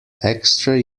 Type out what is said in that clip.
extra